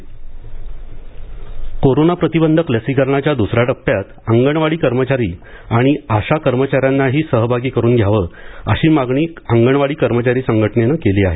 corona लसीकरण corona प्रतिबंधक लसीकरणाच्या दुसऱ्या टप्प्यात अंगणवाडी कर्मचारी आणि आशा कर्मचाऱ्यांनाही सहभागी करून घ्यावं अशी मागणी अंगणवाडी कर्मचारी संघटनेनं केली आहे